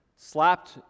Slapped